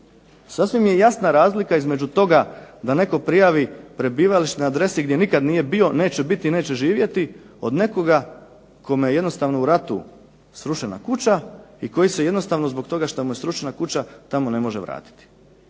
Sasvim je jasna razlika između toga da netko prijavi prebivalište na adresi gdje nikad nije bio, neće biti, neće živjeti, od nekoga kome je jednostavno u ratu srušena kuća i koji se jednostavno zbog toga šta mu je srušena kuća tamo ne može vratiti.